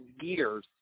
years